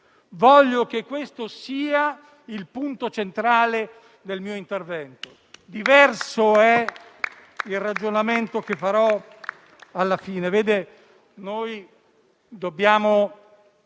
Voglio che questo sia il punto centrale del mio intervento. Diverso è il ragionamento che farò alla fine.